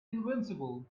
invincible